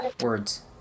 words